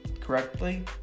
correctly